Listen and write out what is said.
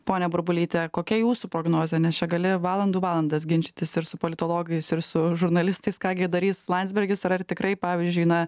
ponia burbulyte kokia jūsų prognozė nes čia gali valandų valandas ginčytis ir su politologais ir su žurnalistais ką gi darys landsbergis ir ar tikrai pavyzdžiui na